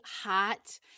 hot